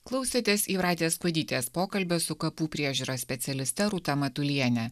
klausėtės jūratės kuodytės pokalbio su kapų priežiūros specialiste rūta matuliene